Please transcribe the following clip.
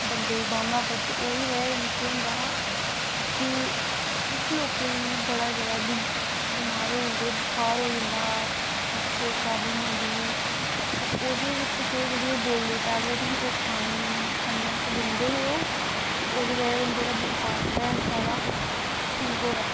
बंदे गी बाह्में पर ते ओह्दी बजह कन्नै केह् होंदा हा कि कुछ लोकें गी बड़ा जादा बमार होई जंदे हे बुखार होई जंदा हा जां कुछ होर प्रॉब्लम होंदी ही ते ओहदे बिच केह् ओह् जेह्ड़ी डोलो टेबलेट ही ओह् खानी ते खाने आस्तै दिंदे हे ओह् ते ओह्दी बजह कन्नै ओह् बुखार जेह्ड़ा ऐ साढ़ा ठीक होऐ